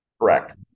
correct